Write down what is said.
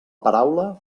paraula